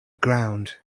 ground